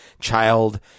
child